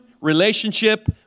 relationship